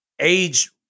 age